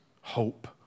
hope